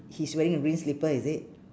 he's wearing a green slipper is it